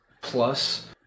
plus